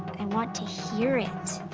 and want to hear it.